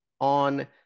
on